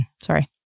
Sorry